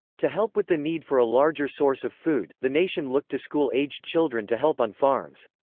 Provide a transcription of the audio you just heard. to help with the need for a larger source of food, the nation looked to school-aged children to help on farms.